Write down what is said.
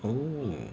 oh